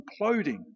imploding